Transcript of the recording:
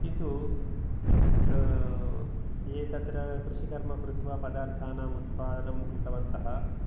किन्तु ये तत्र कृषिकर्म कृत्वा पदार्थानाम् उत्पादं कृतवन्तः